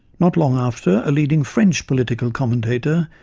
not long after, a leading french political commentator,